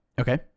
Okay